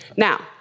now,